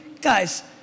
guys